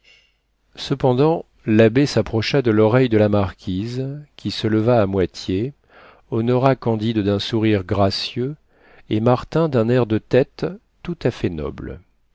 cependant l'abbé s'approcha de l'oreille de la marquise qui se leva à moitié honora candide d'un sourire gracieux et martin d'un air de tête tout-à-fait noble